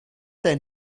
dein